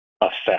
affect